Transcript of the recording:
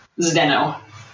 Zdeno